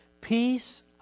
Peace